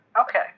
Okay